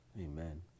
Amen